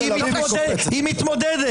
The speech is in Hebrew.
היא מתמודדת.